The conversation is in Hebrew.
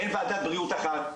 אין וועדת בריאות אחת,